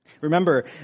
Remember